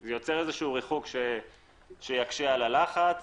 זה יוצר ריחוק שיקשה על הלחץ.